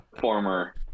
Former